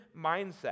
mindset